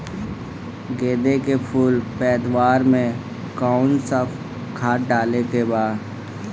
गेदे के फूल पैदवार मे काउन् सा खाद डाले के बा?